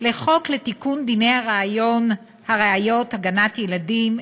לחוק לתיקון דיני הראיות (הגנת ילדים),